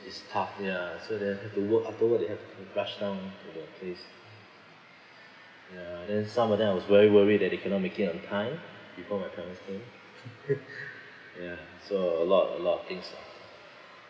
it's tough ya so they have to work afterward they have to rush down to the place ya then some of them I was very worried that they cannot make it on time before my parents came ya so a lot a lot of things lah